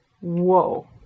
Whoa